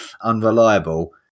unreliable